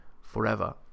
forever